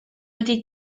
wedi